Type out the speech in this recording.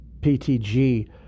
PTG